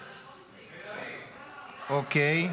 אוקיי.